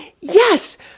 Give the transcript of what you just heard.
Yes